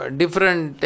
different